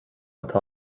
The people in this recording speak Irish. atá